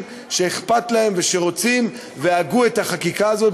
שאכפת להם ושרוצים והגו את החקיקה הזאת,